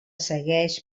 segueix